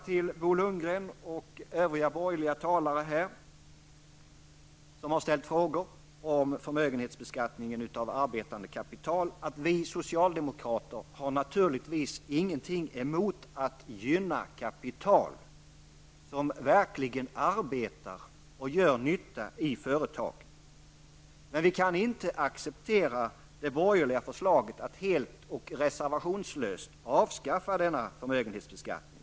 Till Bo Lundgren och övriga borgerliga talare, som har ställt frågor om förmögenhetsbeskattningen och det arbetande kapitalet, vill jag säga att vi socialdemokrater naturligtvis inte har något emot att gynna kapital som verkligen arbetar och gör nytta i företag. Men vi kan inte acceptera det borgerliga förslaget att helt och reservationslöst avskaffa denna förmögenhetsbeskattning.